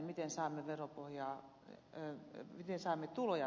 miten saamme tuloja lisätyksi